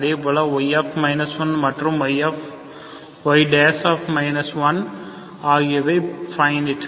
அதேபோல y மற்றும் y ஆகியவை பைனிட்